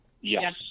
Yes